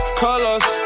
colors